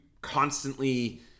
constantly